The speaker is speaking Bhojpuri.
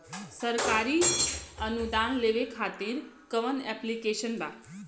सरकारी अनुदान लेबे खातिर कवन ऐप्लिकेशन बा?